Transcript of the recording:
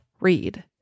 read